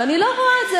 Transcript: ואני לא רואה את זה.